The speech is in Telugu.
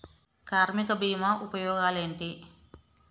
కార్మిక బీమా ఉపయోగాలేంటి?